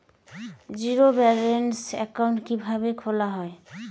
Zero balance account কিভাবে খোলা হয়?